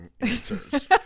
answers